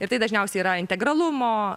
ir tai dažniausiai yra integralumo